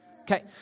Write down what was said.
Okay